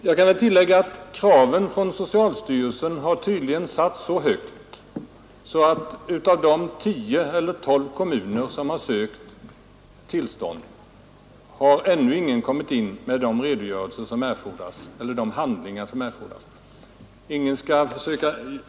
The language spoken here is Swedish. Jag kan tillägga att kraven från socialstyrelsen tydligen har satts så högt, att av de 10 eller 12 kommuner som har sökt tillstånd till fluoridering ännu ingen har kommit in med de redogörelser eller de handlingar som erfordras.